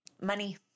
Money